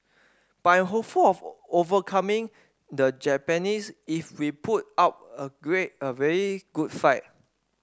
but I'm hopeful of overcoming the Japanese if we put up a great a very good fight